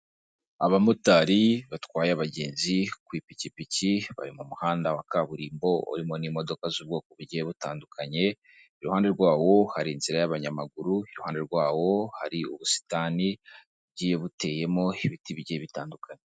Abamotari batwaye abagenzi ku ipikipiki bari mu muhanda wa kaburimbo urimo n'imodoka z'ubwoko bugiye butandukanye, iruhande rwawo hari inzira y'abanyamaguru, iruhande rwawo hari ubusitani bugiye buteyemo ibiti bigiye bitandukanye.